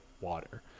water